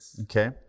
okay